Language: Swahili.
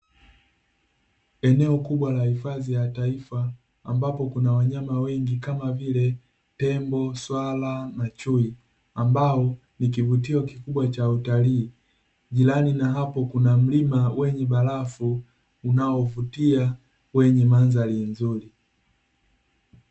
Eneo kubwa la hifadhi ya taifa, ambapo kuna wanyama wengi kama vile: tembo, swala, na chui, ambao ni kivutio kikubwa cha utalii, jirani na hapo kuna mlima wenye barafu unaovutia wenye mandhari nzuri.